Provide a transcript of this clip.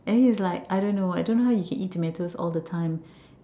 and he was like I don't know I don't know how you can eat tomatoes all the time